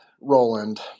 roland